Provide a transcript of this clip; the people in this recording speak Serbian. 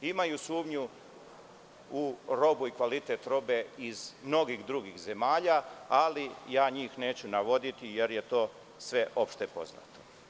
Imaju sumnju u robu i kvalitet robe iz mnogih drugih zemalja, ali ja njih neću navoditi, jer je to sve opšte poznato.